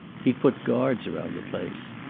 he'd put guards around the place.